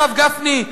הרב גפני,